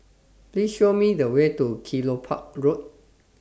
Please Show Me The Way to Kelopak Road